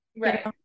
right